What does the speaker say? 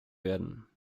werden